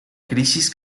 crisis